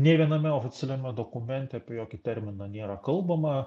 nei viename oficialiame dokumente apie jokį terminą nėra kalbama